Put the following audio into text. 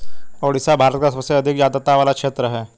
ओडिशा भारत का सबसे अधिक आद्रता वाला क्षेत्र है